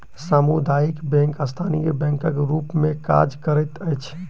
सामुदायिक बैंक स्थानीय बैंकक रूप मे काज करैत अछि